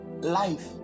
life